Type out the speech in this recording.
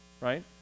right